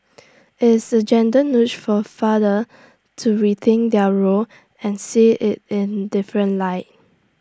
it's A gentle nudge for fathers to rethink their role and see IT in different light